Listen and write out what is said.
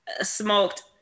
smoked